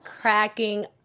cracking